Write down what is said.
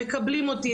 מקבלים אותי,